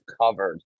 covered